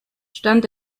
stand